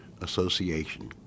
association